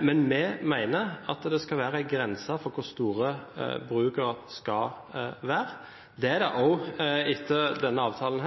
Men vi mener at det skal være en grense for hvor store brukene skal være. Det er det også etter denne avtalen,